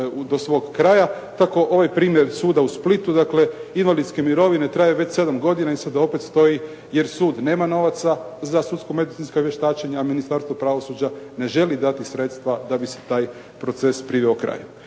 do svog kraja. Tako ovaj primjer suda u Splitu, dakle invalidske mirovine traje već 7 godina i sada opet stoji jer sud nema novaca za sudsko-medicinska vještačenja, a Ministarstvo pravosuđa ne želi dati sredstva da bi se taj proces priveo kraju.